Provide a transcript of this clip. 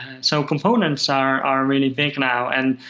so components are are really big now, and